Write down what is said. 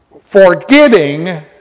forgetting